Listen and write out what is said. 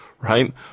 right